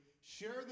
share